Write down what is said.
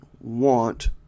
want